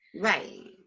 right